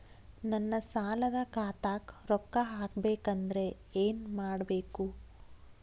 ನನ್ನ ಸಾಲದ ಖಾತಾಕ್ ರೊಕ್ಕ ಹಾಕ್ಬೇಕಂದ್ರೆ ಏನ್ ಮಾಡಬೇಕು?